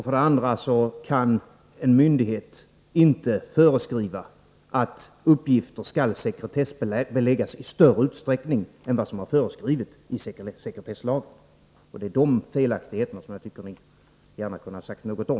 För det andra kan en myndighet inte föreskriva att uppgifter skall sekretessbeläggasistörre utsträckning än vad som föreskrevs i sekretesslagen. Det är dessa felaktigheter som jag tycker att ni gärna kunde ha sagt något om.